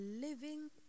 living